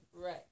Right